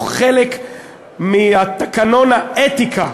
הוא חלק מתקנון האתיקה,